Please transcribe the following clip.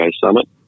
summit